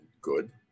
good